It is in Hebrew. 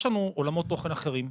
יש לנו עולמות תוכן אחרים,